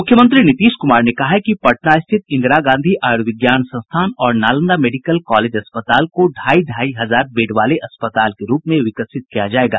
मुख्यमंत्री नीतीश कुमार ने कहा है कि पटना स्थित इंदिरा गांधी आयुर्विज्ञान संस्थान और नालंदा मेडिकल कॉलेज अस्पताल को ढाई ढाई हजार बेड वाले अस्पताल के रूप में विकसित किया जायेगा